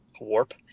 warp